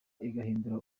igahindura